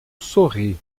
sorri